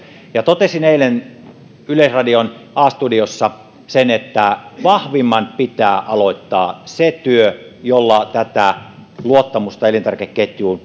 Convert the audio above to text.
totesin eilen yleisradion a studiossa sen että vahvimman pitää aloittaa se työ jolla tätä luottamusta elintarvikeketjuun